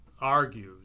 argues